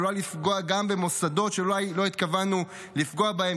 עלול לפגוע גם במוסדות שאולי לא התכוונו לפגוע בהם,